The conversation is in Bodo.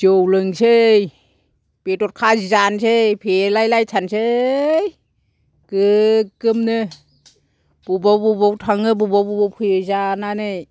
जौ लोंसै बेदर खाजि जानोसै फेलाय लायथारनोसै गोगोमनो बबाव बबाव थाङो बबाव बबाव फैयो जानानै